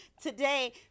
Today